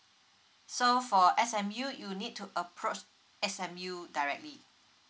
so for S_M_U you need to approach S_M_U directly